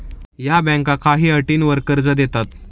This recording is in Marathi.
या बँका काही अटींवर कर्ज देतात